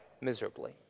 miserably